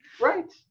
Right